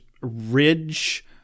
ridge